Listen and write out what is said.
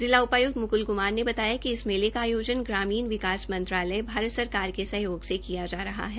जिला उपाय्क्त मुकुल कुमार ने बताया कि इस मेले का आयोजन ग्रामीण विकास मंत्रालय भारत सरकार के सहयोग से किया जा रहा है